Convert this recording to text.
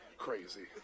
crazy